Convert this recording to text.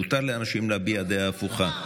מותר לאנשים להביע דעה הפוכה.